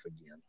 again